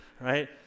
right